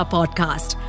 Podcast